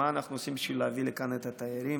מה אנחנו עושים בשביל להביא לכאן את התיירים.